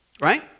Right